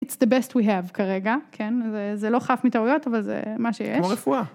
It's the best we have כרגע כן? זה לא חף מטעויות אבל זה מה שיש.